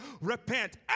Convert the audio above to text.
repent